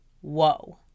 whoa